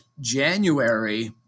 January